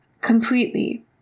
completely